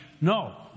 No